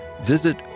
visit